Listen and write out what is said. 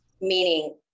meaning